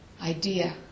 idea